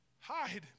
hide